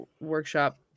workshop